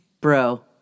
bro